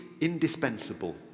indispensable